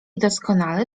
doskonale